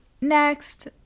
next